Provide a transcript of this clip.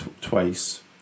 twice